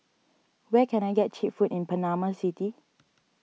where can I get Cheap Food in Panama City